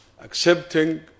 accepting